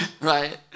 Right